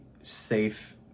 safe